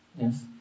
Yes